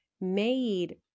made